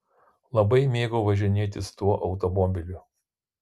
labai mėgau važinėtis tuo automobiliu